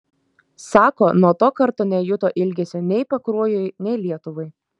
sako nuo to karto nejuto ilgesio nei pakruojui nei lietuvai